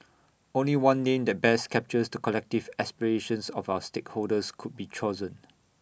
only one name that best captures to collective aspirations of our stakeholders could be chosen